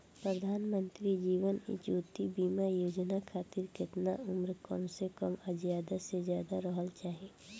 प्रधानमंत्री जीवन ज्योती बीमा योजना खातिर केतना उम्र कम से कम आ ज्यादा से ज्यादा रहल चाहि?